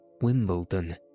Wimbledon